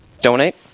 donate